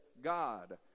God